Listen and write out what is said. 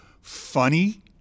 funny